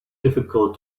difficult